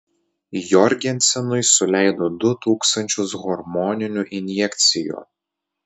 jorgensenui suleido du tūkstančius hormoninių injekcijų